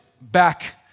back